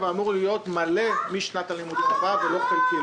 אמור להיות מלא משנת הלימודים הבאה ולא חלקי.